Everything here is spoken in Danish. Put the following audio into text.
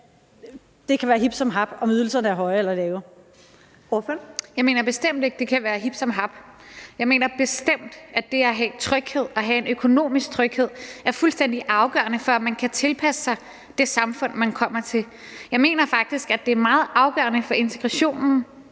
Ellemann): Ordføreren. Kl. 14:44 Rosa Lund (EL): Jeg mener bestemt ikke, det kan være hip som hap. Jeg mener bestemt, at det at have en økonomisk tryghed er fuldstændig afgørende for at kunne tilpasse sig det samfund, man kommer til. Jeg mener faktisk, at det er meget afgørende for integrationen